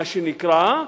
מה שנקרא,